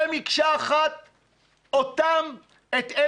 זה מקשה אחת?